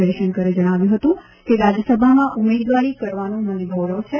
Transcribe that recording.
જયશંકરે જણાવ્યું હતું કે રાજ્યસભામાં ઉમેદવારી કરવાનું મને ગૌરવ છે